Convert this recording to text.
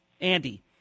Andy